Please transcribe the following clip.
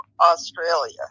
Australia